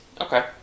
Okay